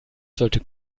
sollte